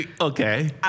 Okay